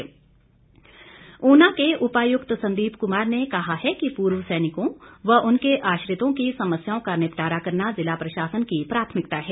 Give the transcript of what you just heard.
DC Una Una के उपायुक्त संदीप कुमार ने कहा है कि पूर्व सैनिकों व उनके आश्रितों की समस्याओं का निपटारा करना जिला प्रशासन की प्राथमिकता है